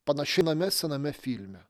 panaši name sename filme